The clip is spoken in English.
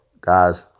Guys